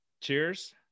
cheers